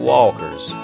Walker's